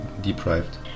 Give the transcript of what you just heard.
deprived